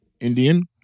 Indian